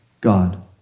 God